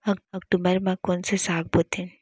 अक्टूबर मा कोन से साग बोथे?